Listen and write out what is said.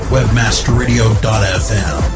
WebmasterRadio.fm